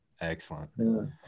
excellent